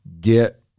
get